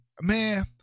man